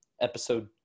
episode